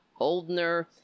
Oldner